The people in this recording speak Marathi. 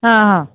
हां हां